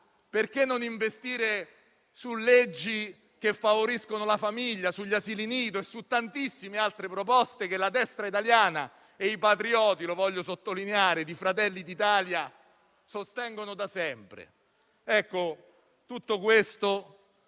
Perché non investire su leggi che favoriscano la famiglia, sugli asili nido e su tantissime altre proposte che la destra italiana e i patrioti - lo voglio sottolineare - di Fratelli d'Italia sostengono da sempre? Ecco, riteniamo